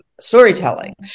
storytelling